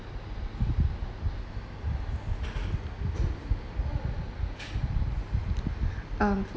um